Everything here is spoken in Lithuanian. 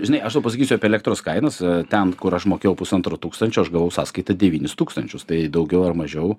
žinai aš tau pasakysiu apie elektros kainas ten kur aš mokėjau pusantro tūkstančio aš gavau sąskaitą devynis tūkstančius tai daugiau ar mažiau